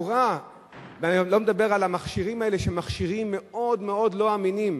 אני לא מדבר על המכשירים האלה שהם מכשירים מאוד לא אמינים.